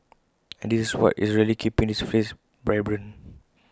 and this is what is really keeping this place vibrant